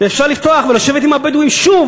אפשר לפתוח ולשבת עם הבדואים שוב,